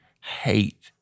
hate